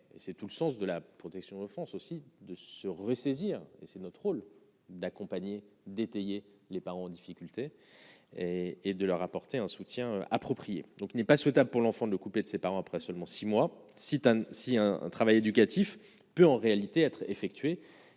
c'est tout le sens de la protection enfance aussi de se ressaisir et c'est notre rôle d'accompagner d'étayer les parents en difficulté et de leur apporter un soutien approprié, donc il n'est pas souhaitable pour l'enfant de le couper de ses parents après seulement 6 mois, si, si, un travail éducatif peut en réalité être effectué